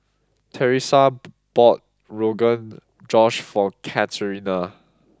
Teresa bought Rogan Josh for Katharina